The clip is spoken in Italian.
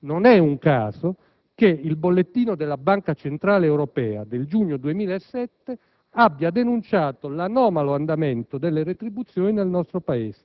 Non è un caso che il bollettino della Banca centrale europea del giugno 2007 abbia denunciato l'anomalo andamento delle retribuzioni nel nostro Paese